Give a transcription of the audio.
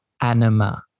anima